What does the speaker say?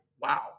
wow